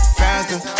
faster